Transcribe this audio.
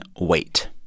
Wait